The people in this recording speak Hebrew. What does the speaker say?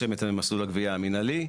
יש להם את מסלול הגבייה המנהלי,